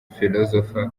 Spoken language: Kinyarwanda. philosophe